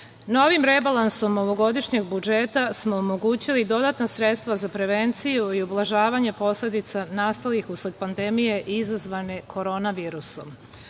novim rebalansom ovogodišnjeg budžeta smo omogućili dodatna sredstva za prevenciju i ublažavanje posledica nastalih usled pandemije izazvane Korona